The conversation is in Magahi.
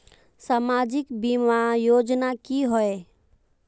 सामाजिक बीमा योजना की होय?